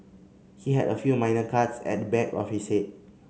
he had a few minor cuts at the back of his head